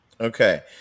Okay